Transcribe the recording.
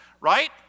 Right